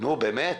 נו באמת.